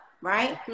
right